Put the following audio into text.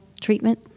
treatment